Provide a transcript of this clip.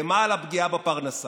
ומה על הפגיעה בפרנסה?